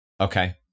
Okay